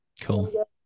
Cool